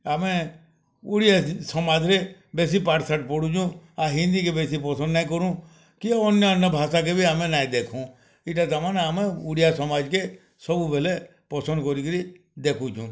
ଆମେ ଓଡ଼ିଆ ସମାଜ୍ରେ ବେଶି ପାଠ୍ଶାଠ୍ ପଢ଼ୁଚୁଁ ଆର୍ ହିନ୍ଦୀକେ ବେଶି ପସନ୍ଦ୍ ନାଇଁ କରୁଁ କି ଅନ୍ୟାନ୍ୟ ଭାଷାକେ ବି ଆମେ ନାଇଁ ଦେଖୁଁ ଇଟା ତାମାନେ ଆମ ଓଡ଼ିଆ ସମାଜ୍କେ ସବୁବେଲେ ପସନ୍ଦ୍ କରି କିରି ଦେଖୁଛୁଁ